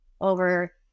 over